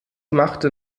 machte